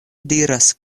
diras